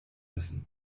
müssen